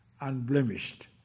unblemished